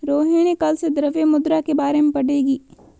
रोहिणी कल से द्रव्य मुद्रा के बारे में पढ़ेगी